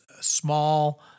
small